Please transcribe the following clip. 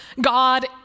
God